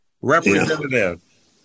Representative